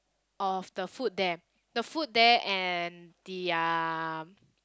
of the food there the food there and the um